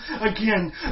again